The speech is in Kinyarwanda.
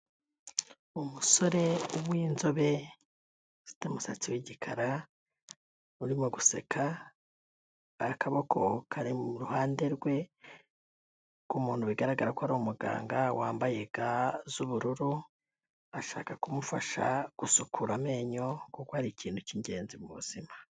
Umusore w'inzobe ufite umusatsi w'igikara urimo guseka aho akaboko kari mu ruhande rwe rw'umuntu bigaragara ko ari umuganga wambaye ga z'ubururu ashaka kumufasha gusukura amenyo kuko ari ikintu cy'ingenzi mubu buzima.